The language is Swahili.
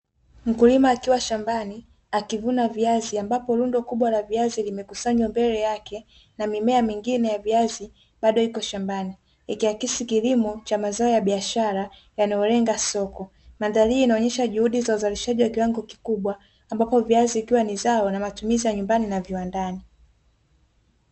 Mkulima akiwa shambani akivuna viazi, ambapo rundo kubwa la viazi limekusanywa mbele yake na mimea mingine ya viazi bado iko shambani, ikiaski kilimo cha mazao ya biashara yanayolenga soko. Mandhari hii inaonyesha juhudi za uzalishaji wa kiwango kikubwa, ambapo viazi ikiwa ni zao la matumizi ya nyumbani na viwandani.